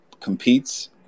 competes